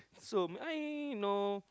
so may I know